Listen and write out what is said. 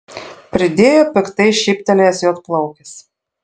pridėjo piktai šyptelėjęs juodplaukis